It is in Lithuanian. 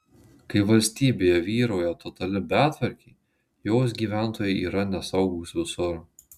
kai valstybėje vyrauja totali betvarkė jos gyventojai yra nesaugūs visur